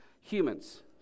humans